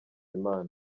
imana